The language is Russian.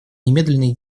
немедленные